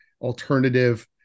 alternative